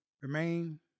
remain